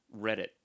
reddit